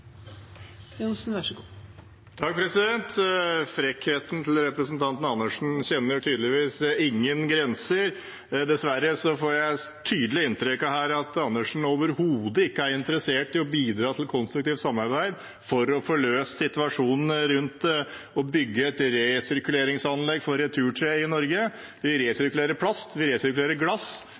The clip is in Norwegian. Frekkheten til representanten Andersen kjenner tydeligvis ingen grenser. Dessverre får jeg et tydelig inntrykk her av at Andersen overhodet ikke er interessert i å bidra til konstruktivt samarbeid for å få løst situasjonen rundt å bygge et resirkuleringsanlegg for returtre i Norge. Vi resirkulerer plast, vi resirkulerer glass,